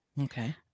Okay